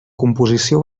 composició